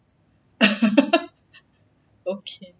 okay